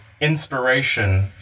inspiration